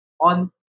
on